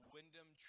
Wyndham